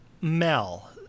Mel